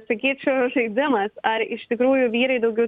sakyčiau žaidimas ar iš tikrųjų vyrai daugiau